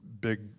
big